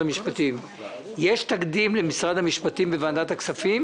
יש תקדים למשרד המשפטים בוועדת הכספים